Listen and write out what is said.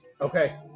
Okay